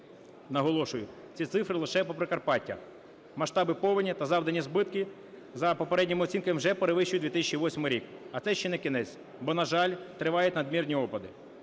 Наголошую, ці цифри лише по Прикарпаттю. Масштаби повені та завдані збитки за попередніми оцінками вже перевищують 2008 рік, а це ще не кінець, бо, на жаль, тривають надмірні опади.